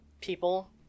people